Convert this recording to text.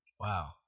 Wow